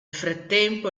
frattempo